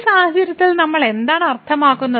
ഈ സാഹചര്യത്തിൽ നമ്മൾ എന്താണ് അർത്ഥമാക്കുന്നത്